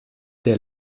der